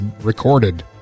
recorded